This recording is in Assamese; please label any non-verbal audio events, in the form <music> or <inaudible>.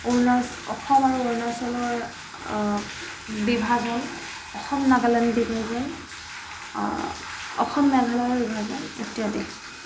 <unintelligible>